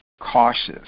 cautious